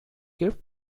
gift